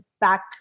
back